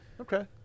okay